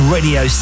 Radio